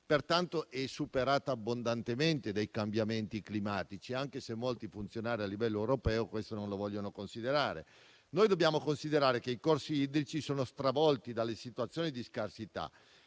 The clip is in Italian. pertanto è superata abbondantemente dai cambiamenti climatici, anche se molti funzionari a livello europeo questo non lo vogliono considerare. Dobbiamo considerare che i corsi idrici sono stravolti dalle situazioni di scarsità